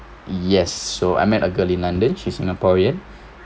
yes so I met a girl in london she's singaporean